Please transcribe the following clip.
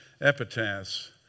epitaphs